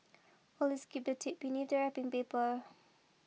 always keep the tape beneath the wrapping paper